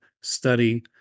study